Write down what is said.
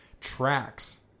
tracks